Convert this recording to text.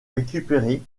récupérer